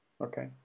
okay